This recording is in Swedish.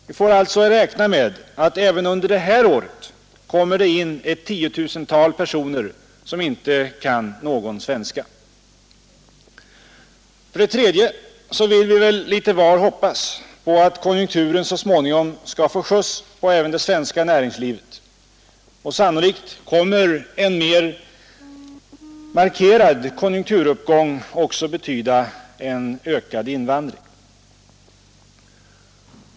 Vi får alltså räkna med att det även under det här året kommer in ett tiotusental personer som inte kan någon svenska. För det tredje vill vi väl litet var hoppas på att konjunkturen och även det svenska näringslivet så småningom skall få en skjuts. Sannolikt kommer en mer markerad konjunkturuppgång också att betyda en ökad invandring.